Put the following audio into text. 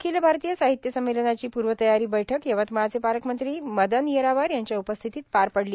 अखिल भारतीय साहित्य संमेलनाची पूर्वतयारी बैठक यवतमाळचे पालकमंत्री मदन येरावार यांच्या उपस्थितीत पार पडली